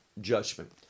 judgment